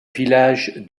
village